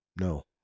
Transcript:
No